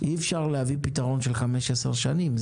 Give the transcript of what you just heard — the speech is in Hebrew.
אי אפשר להביא פתרון של חמש, עשר שנים.